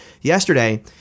yesterday